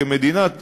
כמדינה,